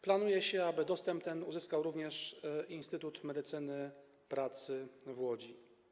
Planuje się, aby dostęp ten uzyskał również Instytut Medycyny Pracy w Łodzi.